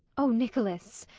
oh, nicholas!